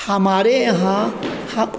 हमारे यहाँ हम